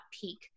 peak